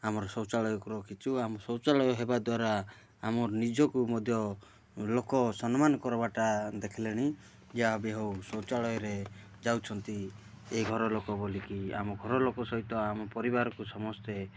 ଆମର ଶୈଚାଳୟକୁ ରଖିଚୁ ଆମ ଶୌଚାଳୟ ହେବା ଦ୍ୱାରା ଆମ ନିଜକୁ ମଧ୍ୟ ଲୋକ ସମ୍ମାନ କର୍ବାଟା ଦେଖିଲେଣି ଯାହା ବି ହେଉ ଶୌଚାଳୟରେ ଯାଉଛନ୍ତି ଏ ଘରଲୋକ ବୋଲିକି ଆମ ଘରଲୋକ ସହିତ ଆମ ପରିବାରକୁ ସମସ୍ତେ